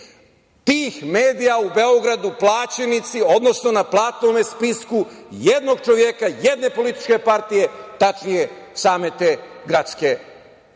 tih medija u Beogradu plaćenici, odnosno na platnom spisku jednog čoveka, jedne političke partije, tačnije same te gradske vlasti. Onda